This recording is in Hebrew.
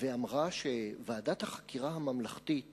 ואמרה שוועדת החקירה הממלכתית